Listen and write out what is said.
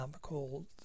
called